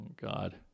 God